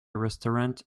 restaurant